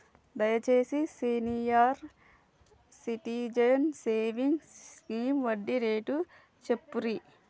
దయచేసి senior citizens savings scheme వడ్డీ rate చెప్పుర్రి